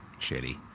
shitty